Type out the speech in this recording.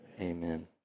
Amen